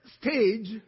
stage